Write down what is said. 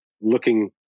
looking